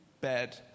bad